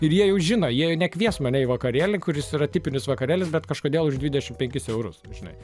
ir jie jau žino jie nekvies mane į vakarėlį kuris yra tipinis vakarėlis kad kažkodėl už dvidešimt penkis eurus žinai